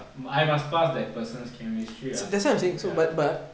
I must pass that person's chemistry ah ya